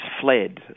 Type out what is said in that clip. fled